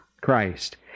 Christ